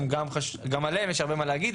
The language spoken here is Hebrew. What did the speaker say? שגם עליהם יש הרבה מה להגיד,